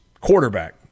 quarterback